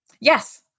Yes